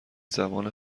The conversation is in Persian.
زبان